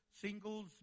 singles